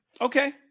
Okay